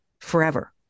forever